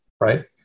right